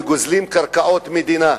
וגוזלים קרקעות מדינה,